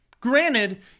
Granted